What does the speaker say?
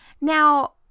Now